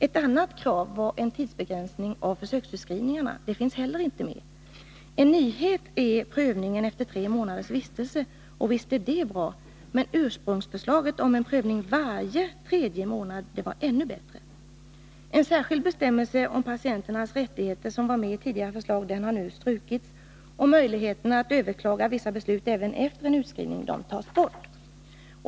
Ett annat krav var tidsbegränsning av försöksutskrivningarna. Detta finns inte heller med. En nyhet är prövningen efter tre månaders vistelse. Och visst är detta bra, men ursprungsförslaget om prövning var tredje månad var ännu bättre. En särskild bestämmelse om patienternas rättigheter som var med i tidigare förslag har nu strukits. Möjligheterna att överklaga vissa beslut även efter utskrivningen tas bort.